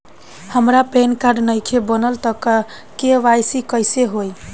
हमार PAN card नईखे बनल त के.वाइ.सी कइसे होई?